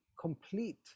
complete